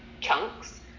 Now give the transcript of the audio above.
chunks